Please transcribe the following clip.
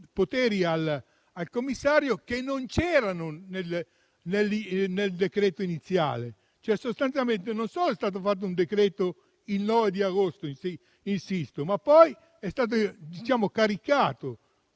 poteri al commissario, che non c'erano nel decreto-legge iniziale. Sostanzialmente, non solo è stato fatto un decreto il 9 agosto - lo ripeto - ma poi è stato caricato,